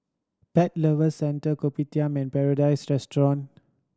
Pet Lovers Centre Kopitiam and Paradise Restaurant